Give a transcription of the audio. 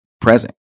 present